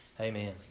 Amen